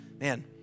Man